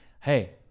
hey